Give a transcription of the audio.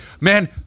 man